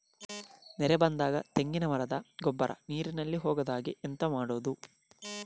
ನೆರೆ ಬಂದಾಗ ತೆಂಗಿನ ಮರದ ಗೊಬ್ಬರ ನೀರಿನಲ್ಲಿ ಹೋಗದ ಹಾಗೆ ಎಂತ ಮಾಡೋದು?